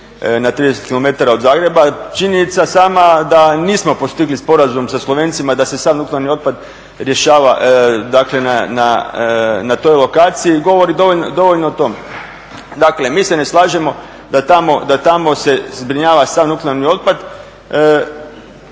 na 30 kilometara od Zagreba. Činjenica sama da nismo postigli sporazum sa Slovencima da se sav nuklearni otpad rješava dakle na toj lokaciji govori dovoljno o tome. Dakle, mi se ne slažemo da tamo se zbrinjava sav nuklearni otpad